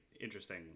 interesting